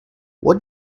what